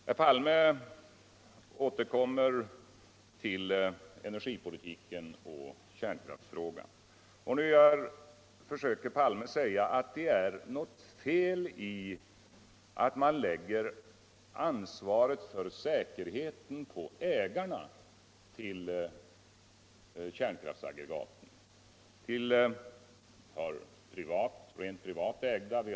Herr Palme återkommer till energipolitiken och kärnkraftsfrågan, och nu försöker herr Palme säga alt det är nagot fet i att lägga ansvaret för säkerheten på ägarna till kärnkraftsaggregaten. Det finns privatägda.